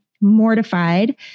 mortified